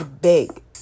big